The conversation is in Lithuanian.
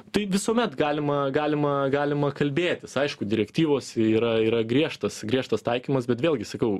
tai visuomet galima galima galima kalbėtis aišku direktyvos yra yra griežtas griežtas taikymas bet vėlgi sakau